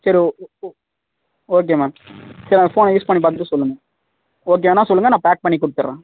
சரி ஓ ஓ ஓகே மேம் சரி அந்த ஃபோனை யூஸ் பண்ணி பார்த்துட்டு சொல்லுங்கள் ஓகேனா சொல்லுங்கள் நான் பேக் பண்ணி கொடுத்துட்றேன்